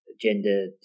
gender